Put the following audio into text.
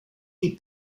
die